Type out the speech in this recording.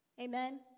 amen